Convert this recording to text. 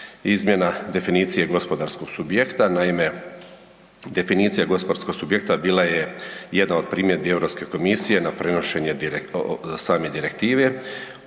Izmjena definicije gospodarskog subjekta. Naime, definicija gospodarskog subjekta bila je jedna od primjedbi EU komisije na prenošenje same direktive,